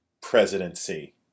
presidency